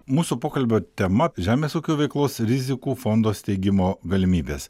mūsų pokalbio tema žemės ūkio veiklos rizikų fondo steigimo galimybės